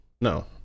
No